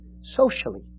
Socially